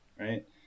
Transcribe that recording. right